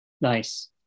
Nice